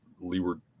leeward